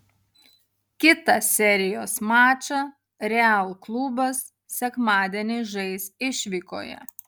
kitą serijos mačą real klubas sekmadienį žais išvykoje